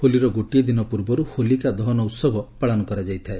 ହୋଲିର ଗୋଟିଏ ଦିନ ପୂର୍ବରୁ ହୋଲିକା ଦହନ ଉହବ ପାଳନ କରାଯାଇଥାଏ